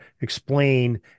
explain